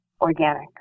organic